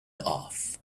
off